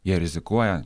jie rizikuoja